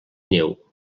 neu